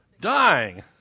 Dying